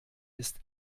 ist